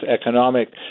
economic